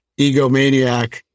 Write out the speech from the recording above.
egomaniac